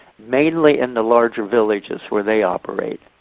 mainly in the larger villages where they operate.